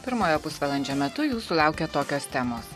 pirmojo pusvalandžio metu jūsų laukia tokios temos